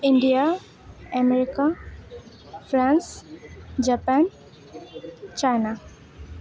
India America France Japan China